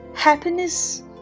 Happiness